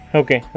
okay